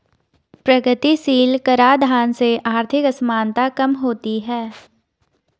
प्रगतिशील कराधान से आर्थिक असमानता कम होती है